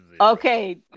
Okay